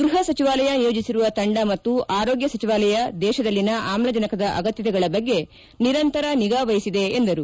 ಗೃಪ ಸಚಿವಾಲಯ ನಿಯೋಜಿಸಿರುವ ತಂಡ ಮತ್ತು ಆರೋಗ್ಯ ಸಚಿವಾಲಯ ದೇಶದಲ್ಲಿನ ಆಮ್ಲಜನಕದ ಅಗತ್ಯತೆಗಳ ಬಗ್ಗೆ ನಿರಂತರ ನಿಗಾ ವಹಿಸಿದೆ ಎಂದರು